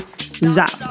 Zap